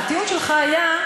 הטיעון שלך היה: